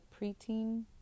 preteen